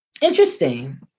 interesting